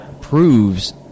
proves